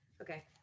okay